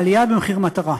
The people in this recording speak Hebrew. העלייה במחיר המטרה,